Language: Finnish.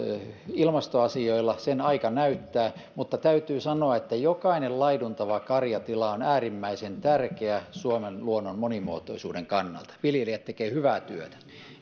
ilmastoasioilla aika näyttää mutta täytyy sanoa että jokainen laiduntava karjatila on äärimmäisen tärkeä suomen luonnon monimuotoisuuden kannalta viljelijät tekevät hyvää työtä